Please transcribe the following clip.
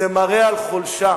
זה מראה על חולשה,